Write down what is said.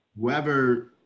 whoever